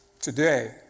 today